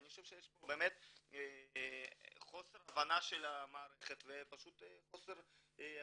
אני חושב שיש פה באמת חוסר הבנה של המערכת ופשוט חוסר אקטיביות.